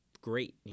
great